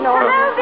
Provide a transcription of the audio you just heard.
Hello